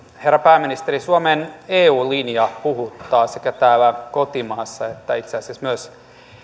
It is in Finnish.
herra pääministeri suomen eu linja puhuttaa sekä täällä kotimaassa että itse asiassa myös